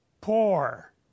poor